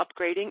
upgrading